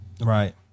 Right